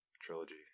trilogy